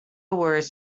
words